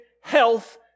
health